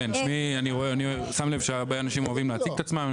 כן, אני שם לב שהרבה אנשים אוהבים להציג את עצמם.